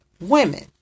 women